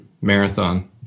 marathon